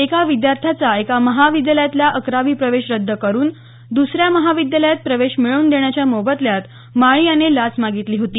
एका विद्यार्थ्याचा एका महाविद्यालयातला अकरावी प्रवेश रद्द करून दुसऱ्या महाविद्यालयात प्रवेश मिळवून देण्याच्या मोबदल्यात माळी याने लाच मागितली होती